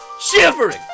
Shivering